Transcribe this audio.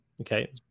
Okay